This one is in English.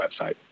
website